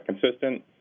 consistent